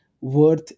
worth